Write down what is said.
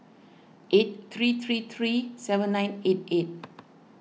eight three three three seven nine eight eight